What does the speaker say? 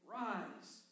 rise